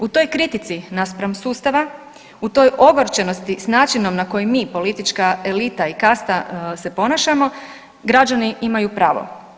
U toj kritici naspram sustava, u toj ogorčenosti s načinom na koji mi politička elita i kasta se ponašamo građani imaju pravo.